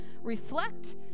reflect